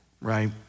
right